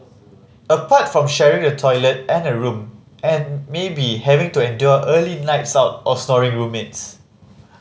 apart from sharing the toilet and a room and maybe having to endure early lights out or snoring roommates